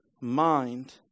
mind